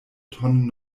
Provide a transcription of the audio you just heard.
tonnen